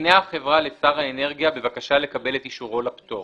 תפנה החברה לשר האנרגיה בבקשה לקבל את אישורו לפטור,